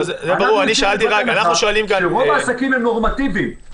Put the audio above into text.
רוב העסקים הם נורמטיביים.